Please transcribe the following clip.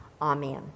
Amen